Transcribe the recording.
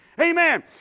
Amen